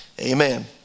amen